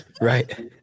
right